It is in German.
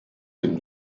dem